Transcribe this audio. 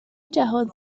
جهان